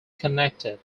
connected